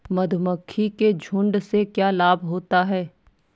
मधुमक्खी के झुंड से क्या लाभ होता है?